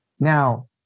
Now